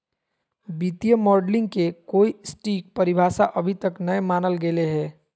वित्तीय मॉडलिंग के कोई सटीक परिभाषा अभी तक नय मानल गेले हें